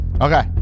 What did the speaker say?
Okay